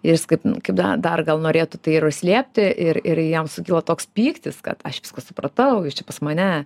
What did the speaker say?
jis kaip kaip dar gal norėtų tai ir užslėpti ir ir jam sukilo toks pyktis kad aš viskas supratau jūs čia pas mane